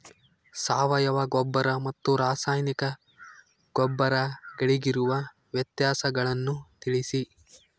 ಸಾವಯವ ಗೊಬ್ಬರ ಮತ್ತು ರಾಸಾಯನಿಕ ಗೊಬ್ಬರಗಳಿಗಿರುವ ವ್ಯತ್ಯಾಸಗಳನ್ನು ತಿಳಿಸಿ?